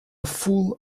fool